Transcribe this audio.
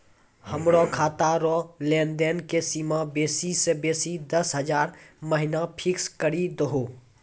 हमरो खाता रो लेनदेन के सीमा बेसी से बेसी दस हजार महिना फिक्स करि दहो